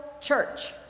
church